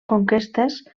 conquestes